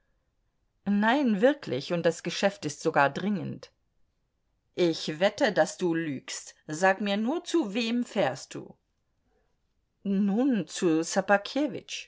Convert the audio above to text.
nein wirklich und das geschäft ist sogar dringend ich wette daß du lügst sag mir nur zu wem fährst du nun zu